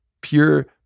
pure